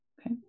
Okay